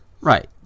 Right